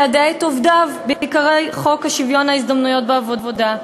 ליידע את עובדיו בעיקרי חוק שוויון ההזדמנויות בעבודה,